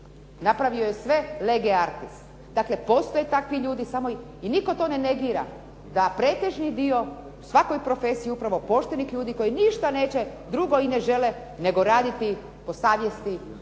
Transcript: napravio je sve lege artis. Dakle, postoje takvi ljudi. I nitko to ne negira da pretežni dio svakoj profesiji upravo poštenih ljudi koji ništa neće drugo i ne žele nego raditi po savjesti